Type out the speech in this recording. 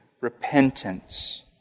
repentance